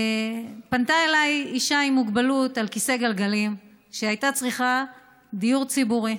פנתה אליי אישה עם מוגבלות על כיסא גלגלים שהייתה צריכה דיור ציבורי.